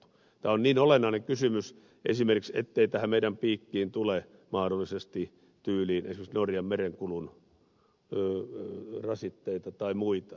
tämä on niin olennainen kysymys esimerkiksi ettei tähän meidän piikkiimme tule mahdollisesti esimerkiksi tyyliin norjan merenkulun rasitteita tai muita